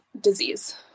disease